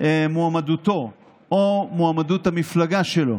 מועמדותו או מועמדות המפלגה שלו.